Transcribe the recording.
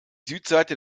südseite